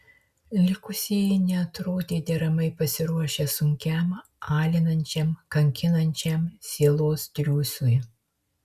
likusieji neatrodė deramai pasiruošę sunkiam alinančiam kankinančiam sielos triūsui